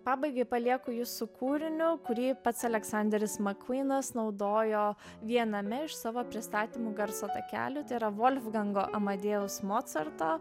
pabaigai palieku jus su kūriniu kurį pats aleksanderis makvynas naudojo viename iš savo pristatymų garso takelių tai yra volfgango amadėjaus mocarto